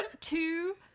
two